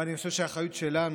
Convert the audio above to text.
אבל אני חושב שהאחריות שלנו,